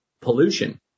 pollution